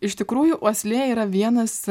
iš tikrųjų uoslė yra vienas